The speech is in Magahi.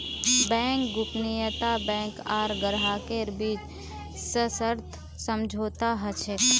बैंक गोपनीयता बैंक आर ग्राहकेर बीचत सशर्त समझौता ह छेक